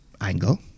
angle